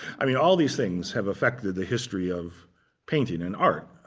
i mean, all these things have affected the history of painting and art.